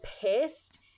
pissed